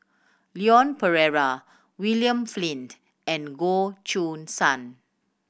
Leon Perera William Flint and Goh Choo San